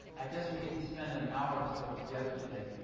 i guess we get to spend an hour or so together today.